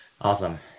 Awesome